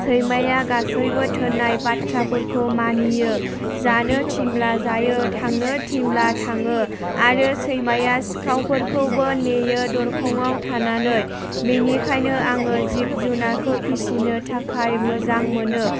सैमाया गासैबो थिननाय बाथ्राफोरखौ मानियो जानो थिनब्ला जायो थांनो थिनब्ला थाङो आरो सैमाया सिखावफोरखौबो नेयो दरखंआव थानानै बेनिखायनो आङो जिब जुनारखौ फिसिनो थाखाय मोजां मोनो